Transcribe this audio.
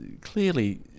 clearly